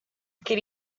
could